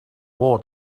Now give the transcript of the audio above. war